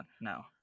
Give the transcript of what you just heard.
No